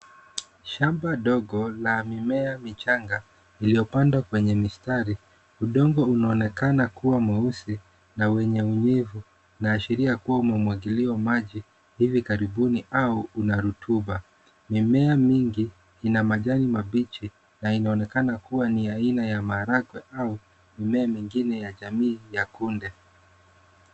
Shamba dogo la mimea michanga iliyopandwa kwenye mistari. Udongo unaonekana kuwa mweusi na wenye unyevu inaashiria kuwa umemwagiliwa maji hivi karibuni au una rutuba. Mimea mingi ina majani mabichi na inaonekana kuwa ni aina ya maharagwe au mimea mingine ya jamii ya kunde.